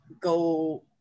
go